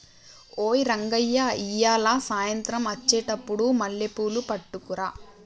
ఓయ్ రంగయ్య ఇయ్యాల సాయంత్రం అచ్చెటప్పుడు మల్లెపూలు పట్టుకరా